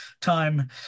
time